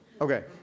Okay